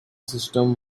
system